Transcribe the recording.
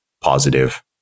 positive